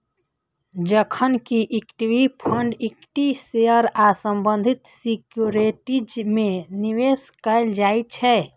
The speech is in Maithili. जखन कि इक्विटी फंड इक्विटी शेयर आ संबंधित सिक्योरिटीज मे निवेश कैल जाइ छै